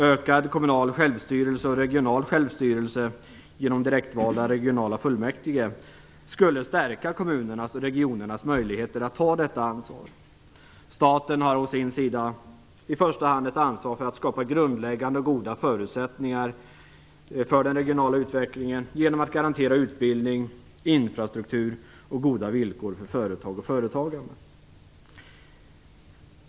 Ökad kommunal och regional självstyrelse genom direktvalda regionala fullmäktige skulle stärka kommunernas och regionernas möjligheter att ta detta ansvar. Staten har å sin sida i första hand ett ansvar för att skapa grundläggande goda förutsättningar för den regionala utvecklingen genom att garantera utbildning, infrastruktur och goda villkor för företag och företagande.